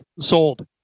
sold